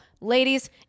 ladies